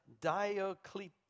Diocletian